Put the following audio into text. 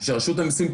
שלרשות המיסים,